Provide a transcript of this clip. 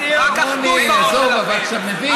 רק אחדות בראש שלכם.